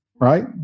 right